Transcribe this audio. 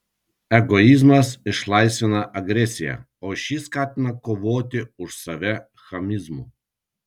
egoizmas išlaisvina agresiją o ši skatina kovoti už save chamizmu